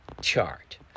chart